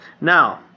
Now